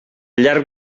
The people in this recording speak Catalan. llarg